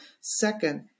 second